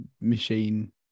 machine